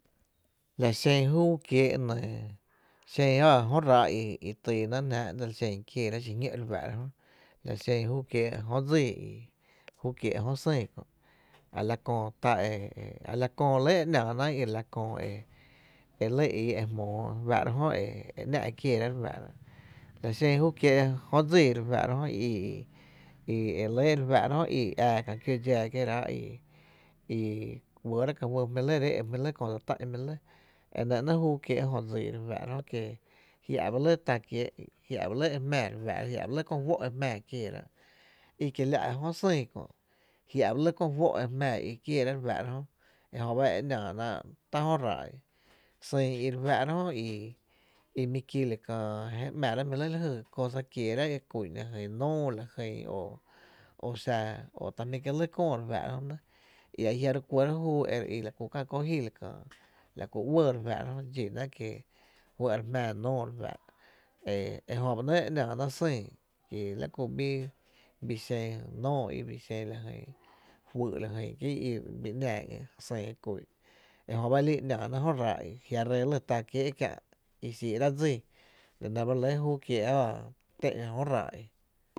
La xen júú kiee’ nɇɇ, xen áá jö ráá’ i tyy ná’ jnáá’ dsel xen kieerá’ xiñó’ re fáá’ra jö la xen júu kiee’ jö dsii i, jö sÿÿ i a la köö tá e, a la k*öö re lɇ e ‘náá ná’ i i, a la köö e lɇ ii e jmoó re fáá’ra jö nɇ e e ‘ná’ kiééra’ re fáá’ra la xen júú kiéé’ jö dsii i, i i i ää kää kió dxáá kiera’ i kuɇɇ rá ka juy e éé’ ta jmí’ lɇ köö e dse tá’n, enɇ ‘nɇɇ’ júú kiee’ jö dsii re fáá’ra jö nɇ, ki jia’ ba lɇ tá kiee’ jia’ ba lɇ e jmⱥⱥ re fáá’ra, jia’ ba lɇ ko juó’ e jmⱥⱥ kieera i kiela’ ba jö sÿÿ kö’ jiá’ ba lɇ ko juó’ e jmⱥⱥ i i kieerá’ re juá’ra jö, e jö ba e ‘náá náá’ tá’ jö ráá’ i, sÿÿ i re fáá’ra jö e mi ki la kää je ‘mⱥ ráá’ lajy cosa kieera e kú’n lajy nóó la jyn o xa o ta jmí’ kié’ lɇ köö re fáá’ra jö nɇ i a jia’ re kuɇɇrá’ júú e re í la kú Kää kó jý la kää la kú uɇɇ re fáá’ra jö, dxínaá´’ ki juɇ’ re jmⱥⱥ nóó re juⱥⱥ’ra e jö ba ‘nɇ’ e ‘náá náá’ sÿÿ ki la ku bii xen jyn nóó i bi xen jyn juyy i, kí i i bii ‘náá jyn sÿÿ re k´’u’n ejö ba e lii ‘naá náá’ jö ráá’ i jia’ re tá kiee’ la nɇ ba e lɇ júú kiee’ áá té’n jö ráá’ i.